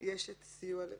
חילקו את הפשע לשניים?